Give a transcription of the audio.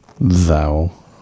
thou